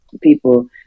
people